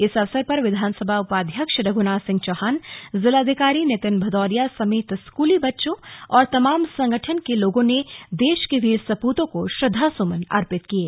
इस अवसर पर विधानसभा उपाध्यक्ष रघुनाथ सिंह चौहान जिलाधिकारी नितिन भदौरिया समेत स्कूली बच्चों और तमाम संगठन के लोगों ने देश की वीर सपूतों को श्रद्दा सुमन अर्पित किये